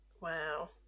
wow